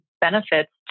benefits